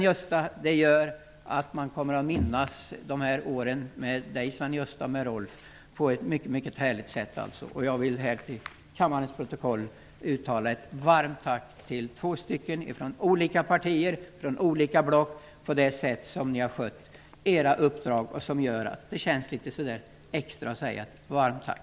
Jag kommer att minnas åren med Sven-Gösta Signell och Rolf Clarkson på ett mycket härligt sätt. Jag vill för kammarens protokoll uttala ett varmt tack till två företrädare för olika partier och olika block, för det sätt på vilket de har skött sina uppdrag, som gör att det känns litet extra. Varmt tack!